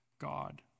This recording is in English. God